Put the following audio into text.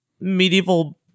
medieval